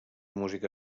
música